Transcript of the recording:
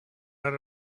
out